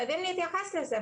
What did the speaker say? חייבים להתייחס לזה,